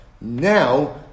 Now